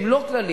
הם לא כלליים.